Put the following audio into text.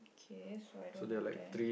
okay so I don't have that